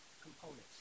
components